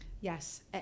yes